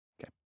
Okay